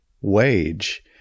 wage